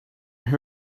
who